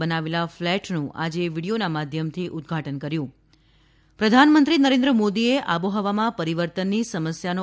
બનાવેલા ફ્લેટનું આજે વીડિયોના માધ્યમથી ઉદઘાટન કર્યું પ્રધાનમંત્રી નરેન્દ્ર મોદીએ આબોહવામાં પરિવર્તનની સમસ્યાનો